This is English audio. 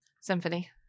symphony